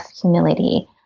humility